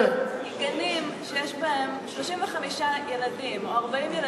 בגנים שיש בהם 35 ילדים או 40 ילדים,